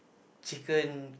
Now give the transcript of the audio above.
chicken